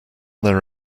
there